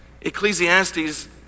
Ecclesiastes